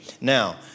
Now